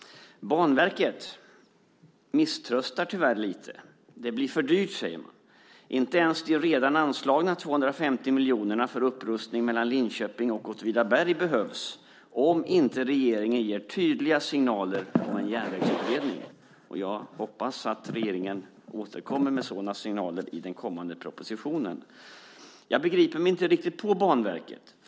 Banverket misströstar tyvärr lite. Det blir för dyrt, säger man. Inte ens de redan anslagna 250 miljonerna för upprustning mellan Linköping och Åtvidaberg behövs om inte regeringen ger tydliga signaler om en järnvägsutredning. Jag hoppas att regeringen återkommer med sådana signaler i den kommande propositionen. Jag begriper mig inte riktigt på Banverket.